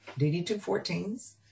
DD-214's